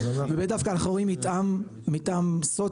ובדרך כלל אנחנו רואים מתאם סוציו,